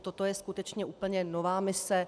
Toto je skutečně úplně nová mise.